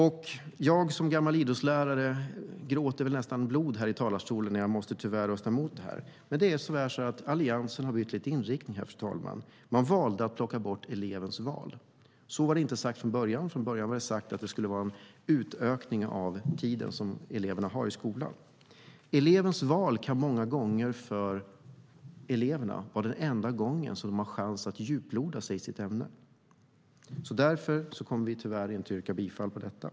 Som gammal idrottslärare gråter jag nästan blod när jag måste rösta mot detta, men Alliansen har tyvärr bytt inriktning. Man har valt att plocka bort elevens val. Så var det inte sagt från början, utan det skulle bli en utökning av skoltiden. Elevens val kan många gånger vara elevernas enda möjlighet att fördjupa sig i ett ämne. Därför kommer vi inte att yrka bifall till detta.